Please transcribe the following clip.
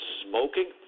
smoking